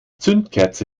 zündkerze